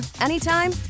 anytime